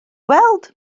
weld